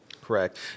Correct